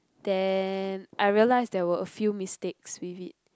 then I realized there were a few mistakes with it